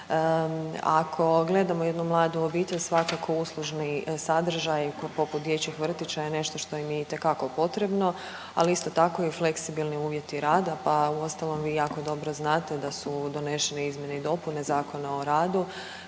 Ako gledamo jednu mladu obitelj svakako uslužni sadržaji poput dječjeg vrtića je nešto što im je itekako potrebno, ali isto tako i fleksibilni uvjeti rada pa uostalom vi jako dobro znate da su donešene izmjene i dopune Zakona o radu